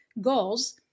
goals